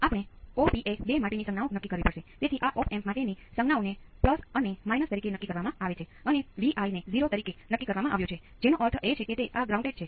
તેથી તે ઉકેલના આ ભાગોનું અર્થઘટન છે